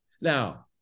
now